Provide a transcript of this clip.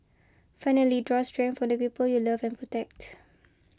finally draw strength from the people you love and protect